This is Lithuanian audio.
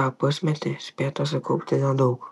tą pusmetį spėta sukaupti nedaug